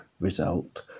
result